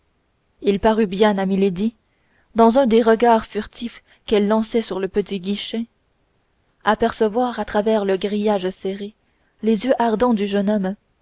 il parut bien à milady dans un des regards furtifs qu'elle lançait sur le petit guichet apercevoir à travers le grillage serré les yeux ardents du jeune homme